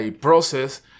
process